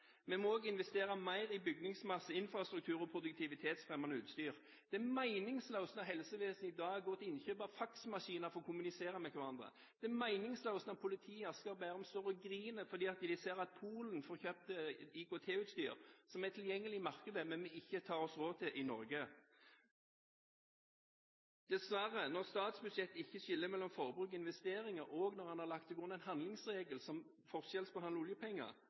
Vi må også investere mer i bygningsmasse, infrastruktur og produktivitetsfremmende utstyr. Det er meningsløst når helsevesenet i dag går til innkjøp av faksmaskiner for å kommunisere med hverandre. Det er meningsløst når politiet i Asker og Bærum står og griner fordi de ser at Polen får kjøpt IKT-utstyr som er tilgjengelig i markedet, men som vi ikke tar oss råd til i Norge. Dessverre: Når statsbudsjettet ikke skiller mellom forbruk og investeringer, og når en har lagt til grunn en handlingsregel som forskjellsbehandler oljepenger,